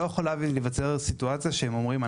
לא יכולה להיווצר סיטואציה שהם אומרים: